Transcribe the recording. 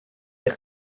eich